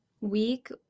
week